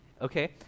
okay